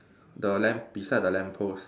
the lamp beside the lamppost